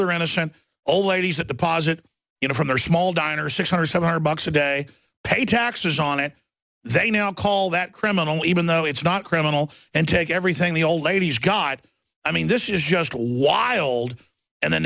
they're innocent old ladies that deposit you know from their small diner six hundred bucks a day pay taxes on it they now call that criminal even though it's not criminal and take everything the old lady's god i mean this is just wild and then